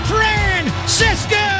Francisco